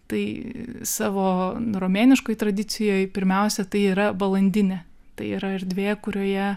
tai savo romėniškoj tradicijoj pirmiausia tai yra balandinė tai yra erdvė kurioje